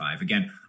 Again